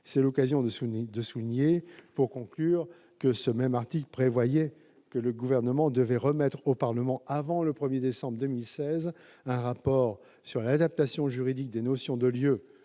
C'est l'occasion de souligner, pour conclure, que ce même article prévoyait que le Gouvernement remettrait au Parlement avant le 1 décembre 2016 un rapport sur l'adaptation juridique des notions de lieu,